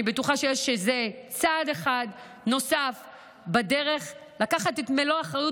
אני בטוחה שזה צעד נוסף בדרך לקחת את מלוא האחריות